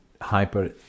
hyper